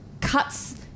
cuts